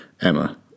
Emma